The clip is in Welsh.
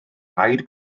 rhaid